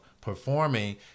performing